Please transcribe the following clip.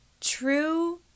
True